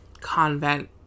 convent